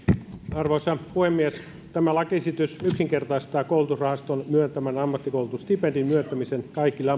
arvoisa puhemies tämä lakiesitys yksinkertaistaa koulutusrahaston myöntämän ammattikoulutusstipendin myöntämisen kaikille